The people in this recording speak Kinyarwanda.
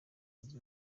zunze